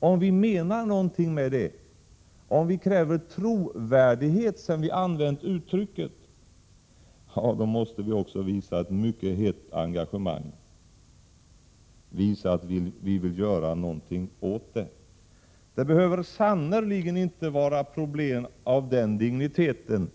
Om vi menar allvar och kräver trovärdighet när vi använder uttrycket, måste vi också visa ett mycket hett engagemang, visa att vi vill göra någonting åt problemet. Det behöver sannerligen inte vara problem av den digniteten